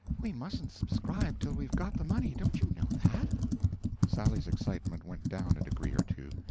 we mustn't subscribe till we've got the money don't you know that? sally's excitement went down a degree or two,